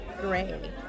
Gray